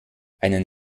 einen